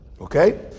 Okay